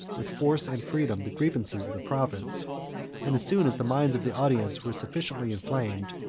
with force and freedom, the grievances of the province and as soon as the minds of the audience were sufficiently inflamed,